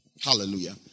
Hallelujah